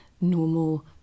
normal